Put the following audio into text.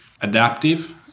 adaptive